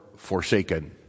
forsaken